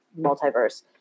multiverse